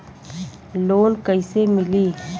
Loan कइसे मिलि?